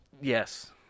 Yes